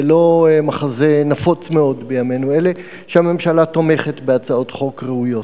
זה לא מחזה נפוץ מאוד בימינו אלה שהממשלה תומכת בהצעות חוק ראויות.